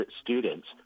students